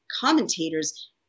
commentators